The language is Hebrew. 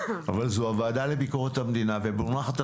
אבל זו הוועדה לביקורת המדינה ומונח על